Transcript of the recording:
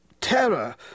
terror